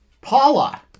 Paula